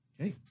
Okay